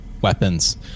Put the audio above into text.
weapons